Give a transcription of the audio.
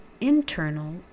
internal